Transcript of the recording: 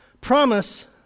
promise